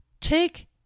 take